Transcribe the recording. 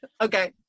Okay